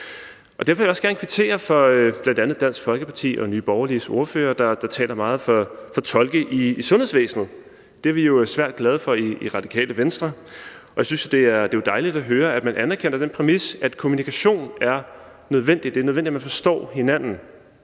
Derfor vil jeg også gerne kvittere til bl.a. Dansk Folkepartis og Nye Borgerliges ordførere, der taler meget for tolke i sundhedsvæsenet. Det er vi jo svært glade for i Radikale Venstre, og jeg synes jo, det er dejligt at høre, at man anerkender den præmis, at kommunikation er nødvendig, at det er nødvendigt, at man forstår hinanden,